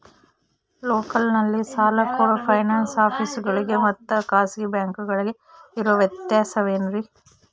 ಲೋಕಲ್ನಲ್ಲಿ ಸಾಲ ಕೊಡೋ ಫೈನಾನ್ಸ್ ಆಫೇಸುಗಳಿಗೆ ಮತ್ತಾ ಖಾಸಗಿ ಬ್ಯಾಂಕುಗಳಿಗೆ ಇರೋ ವ್ಯತ್ಯಾಸವೇನ್ರಿ?